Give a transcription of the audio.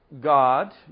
God